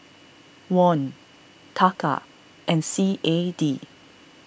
Won Taka and C A D